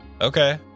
Okay